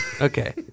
Okay